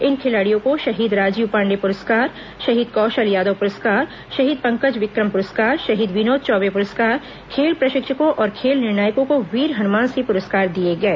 इन खिलाडियों को शहीद राजीव पांडेय पुरस्कार शहीद कौशल यादव पुरस्कार शहीद पंकज विक्रम पुरस्कार शहीद विनोद चौबे पुरस्कार खेल प्रशिक्षकों और खेल निर्णायकों को वीर हनुमान सिंह पुरस्कार दिए गए